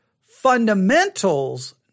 fundamentals